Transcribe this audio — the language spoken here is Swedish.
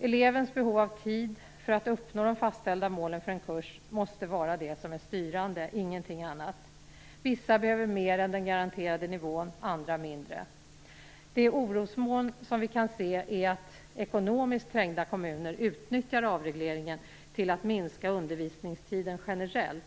Elevens behov av tid för att uppnå de fastställda målen för en kurs måste vara det som är styrande, ingenting annat. Vissa behöver mer än den garanterade nivån, andra mindre. Det orosmoln som vi kan se är att ekonomiskt trängda kommuner utnyttjar avregleringen till att minska undervisningstiden generellt.